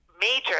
major